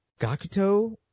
Gakuto